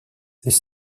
les